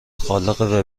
خالق